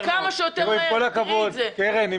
קרן,